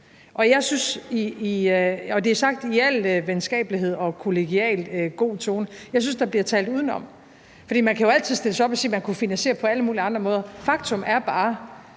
og det er sagt i al venskabelighed og i en kollegialt god tone – bliver talt udenom. For man kan jo altid stille sig op og sige, at man kunne finansiere det på alle mulige andre måder. Faktum er bare,